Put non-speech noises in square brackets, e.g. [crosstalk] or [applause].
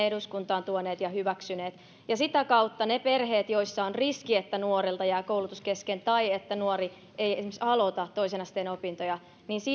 [unintelligible] eduskuntaan tuoneet ja hyväksyneet sitä kautta niiden perheiden kohdalla joissa on riski että nuorelta jää koulutus kesken tai että nuori ei esimerkiksi aloita toisen asteen opintoja